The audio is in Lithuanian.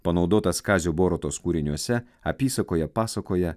panaudotas kazio borutos kūriniuose apysakoje pasakoje